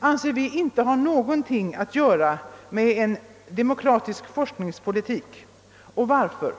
enligt vår mening ingenting att göra med demokratisk forskningspolitik. Och varför?